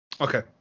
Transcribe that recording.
Okay